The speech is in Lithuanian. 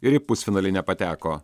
ir į pusfinalį nepateko